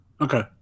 Okay